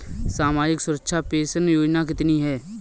सामाजिक सुरक्षा पेंशन योजना कितनी हैं?